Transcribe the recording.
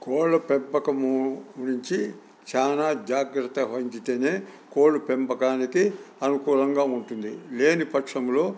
కోళ్ళ పెంపకం గురించి చాలా జాగ్రత్త వహించితేనే కోళ్ళు పెంపకానికి అనుకూలంగా ఉంటుంది లేని పక్షంలో